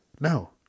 No